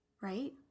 right